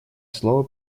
слово